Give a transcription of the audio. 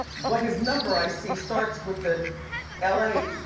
but his number i see starts with the l a.